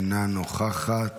אינה נוכחת,